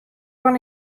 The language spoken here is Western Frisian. fan